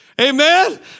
Amen